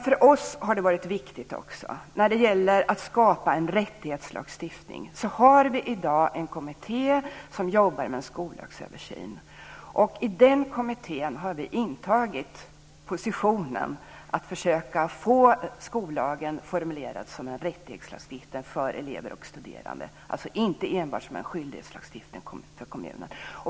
För att skapa en rättighetslagstiftning har vi i dag en kommitté som jobbar med en skollagsöversyn. I den kommittén har vi intagit positionen att försöka få skollagen formulerad som en rättighetslagstiftning för elever och studerande, alltså inte enbart som en skyldighetslag för kommunen.